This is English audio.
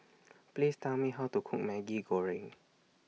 Please Tell Me How to Cook Maggi Goreng